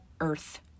earth